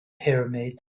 pyramids